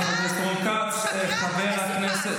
קטן, שקרן ומסוכן.